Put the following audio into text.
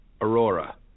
Aurora